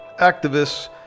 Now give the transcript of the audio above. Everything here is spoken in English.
activists